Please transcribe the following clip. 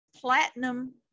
platinum